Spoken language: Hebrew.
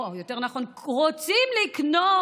או יותר נכון רוצים לקנות